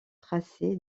tracé